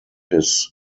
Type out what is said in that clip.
his